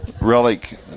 relic